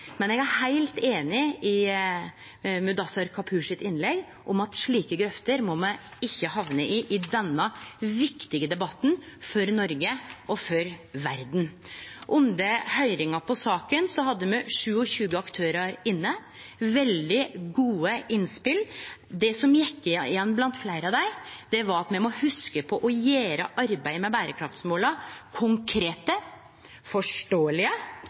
Men eg er heilt einig med Mudassar Kapur når han i innlegget sitt seier at slike grøfter må me ikkje hamne i i denne viktige debatten for Noreg og for verda. Under høyringa i saka hadde me 27 aktørar inne – veldig gode innspel. Det som gjekk igjen blant fleire av dei, var at me må hugse på å gjere arbeidet med berekraftsmåla konkrete og forståelege,